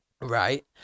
right